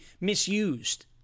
misused